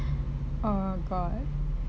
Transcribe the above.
oh god